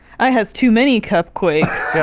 i has too many cup quakes